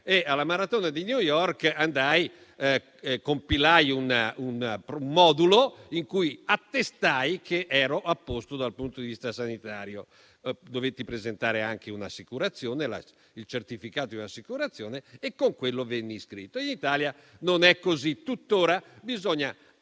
quella occasione compilai un modulo in cui attestai che ero a posto dal punto di vista sanitario, dovetti presentare anche il certificato di assicurazione e con quello venni iscritto. In Italia non è così: tuttora bisogna